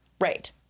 Right